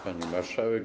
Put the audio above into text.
Pani Marszałek!